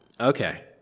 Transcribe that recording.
Okay